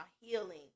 healing